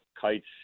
kites